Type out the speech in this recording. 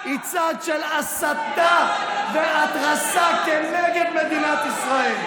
היא צעד של הסתה והתרסה כנגד מדינת ישראל.